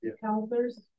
counselors